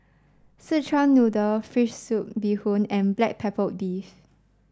Szechuan Noodle Fish Soup Bee Hoon and Black Pepper Beef